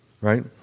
right